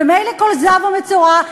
ומילא כל זב ומצורע,